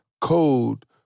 code